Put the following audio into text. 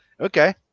okay